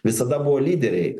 visada buvo lyderiai